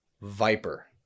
Viper